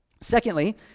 Secondly